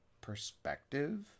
perspective